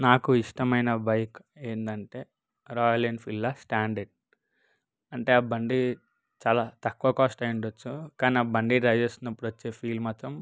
నాకు ఇష్టమైన బైక్ ఏంటంటే రాయల్ ఎన్ఫీల్డ్లో స్టాండర్డ్ అంటే ఆ బండి చాలా తక్కువ కాస్ట్ అయ్యుండొచ్చు కానీ ఆ బండి డ్రైవ్ చేస్తున్నప్పుడు వచ్చే ఫీల్ మాత్రం